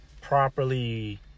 properly